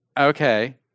Okay